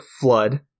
flood